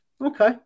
Okay